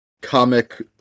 comic